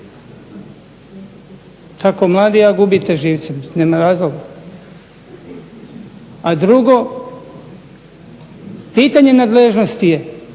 Tako mladi, a gubite živce. Mislim nema razloga. A drugo, pitanje nadležnosti je